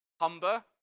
Humber